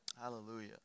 Hallelujah